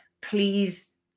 please